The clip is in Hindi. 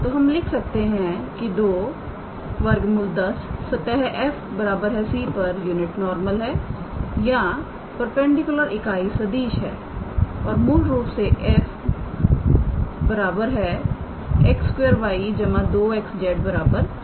तो हम लिख सकते है के 2 √10 सतह 𝑓𝑥 𝑦 𝑧 𝑐 पर यूनिट नॉर्मल है या परपेंडिकुलर इकाई सदिश है और मूल रूप से 𝑓𝑥 𝑦 𝑧 𝑥 2𝑦 2𝑥𝑧 4 है